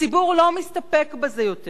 הציבור לא מסתפק בזה יותר,